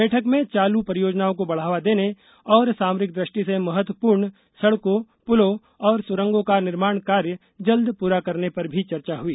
बैठक में चालू परियोजनाओं को बढ़ावा देने और सामरिक दृष्टि से महत्वपूर्ण सड़कों पूलों और सुरंगों का निर्माण कार्य जल्द पूरा करने पर भी चर्चा हुई